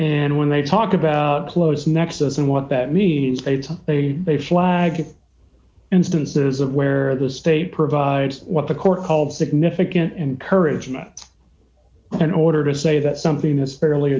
and when they talk about close nexus and what that means they talk they they flagged instances of where the state provides what the court called significant encouragement in order to say that something is fairly